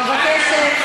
אני מבקשת.